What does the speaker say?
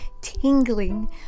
tingling